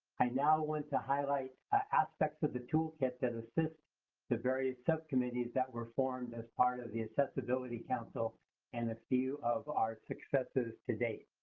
i now want to highlight aspects of the toolkit that assist the various subcommittees that were formed as part of the accessibility council and a few of our successes to date.